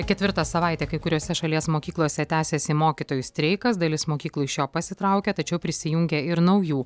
ketvirtą savaitę kai kuriose šalies mokyklose tęsiasi mokytojų streikas dalis mokyklų iš jo pasitraukia tačiau prisijungia ir naujų